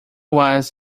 was